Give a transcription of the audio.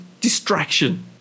distraction